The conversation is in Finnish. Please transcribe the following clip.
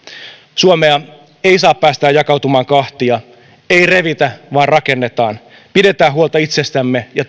suomea ei saa päästää jakautumaan kahtia ei revitä vaan rakennetaan pidetään huolta itsestämme ja